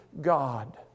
God